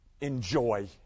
enjoy